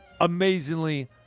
Amazingly